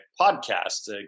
podcast